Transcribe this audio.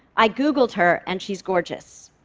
i googled her, and she's gorgeous.